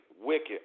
wicked